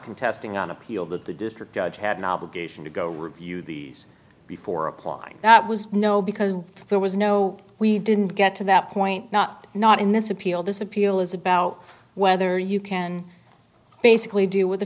contesting on appeal that the district judge had an obligation to go review the before apply that was no because there was no we didn't get to that point not not in this appeal this appeal is about whether you can basically do with the